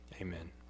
Amen